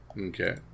Okay